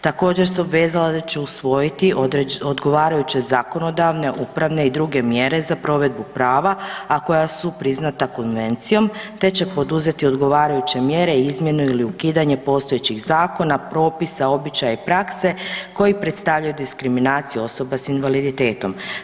Također se obvezala da će usvojiti odgovarajuće zakonodavne, upravne i druge mjere za provedbu prava, a koja su priznata konvencijom, te će poduzeti odgovarajuće mjere i izmjene ili ukidanje postojećih zakona, propisa, običaja i prakse koji predstavljaju diskriminaciju osoba s invaliditetom.